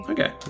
Okay